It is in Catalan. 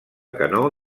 canó